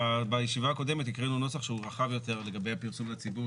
בישיבה הקודמת הקרינו נוסח שהוא רחב יותר לגבי הפרסום לציבור.